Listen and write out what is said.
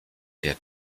der